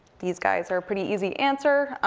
these guys are pretty easy answer.